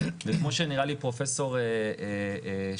וכמו שנראה לי פרופסור שיין,